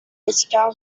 vista